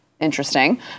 Interesting